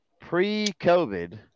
pre-COVID